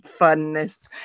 funness